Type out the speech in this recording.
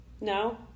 no